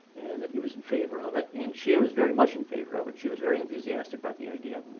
and that he was in favor of it. and she was very much in favor of it. she was very enthusiastic about the idea.